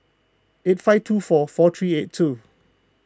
eight five two four four three eight two